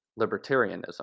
libertarianism